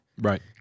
Right